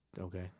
Okay